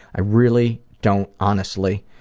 i really don't honestly,